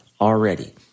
already